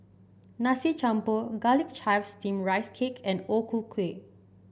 Nasi Campur Garlic Chives Steamed Rice Cake and O Ku Kueh